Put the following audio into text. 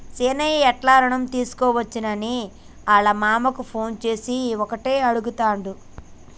సీనయ్య ఎట్లి రుణం తీసుకోవచ్చని ఆళ్ళ మామకు ఫోన్ చేసి ఓటే అడుగుతాండు